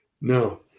No